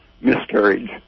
miscarriage